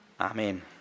Amen